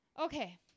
Okay